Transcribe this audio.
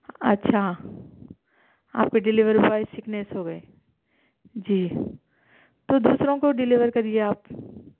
اچھا آپ کے ڈیلیوری بوائے سیکنیس ہو گئے جی تو دوسروں کو ڈیلیور کریے آپ